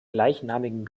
gleichnamigen